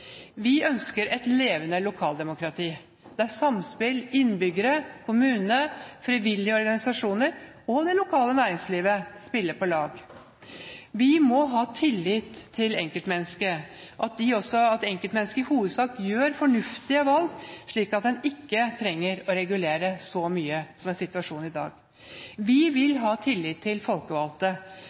Vi ønsker et levende lokaldemokrati der innbyggere, kommune, frivillige organisasjoner og det lokale næringslivet spiller på lag. Vi må ha tillit til enkeltmennesket, at enkeltmennesket i hovedsak gjør fornuftige valg slik at en ikke trenger å regulere så mye som er situasjonen i dag. Vi vil ha tillit til folkevalgte